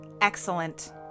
Excellent